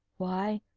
why,